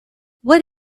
what